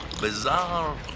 bizarre